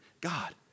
God